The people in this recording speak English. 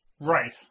Right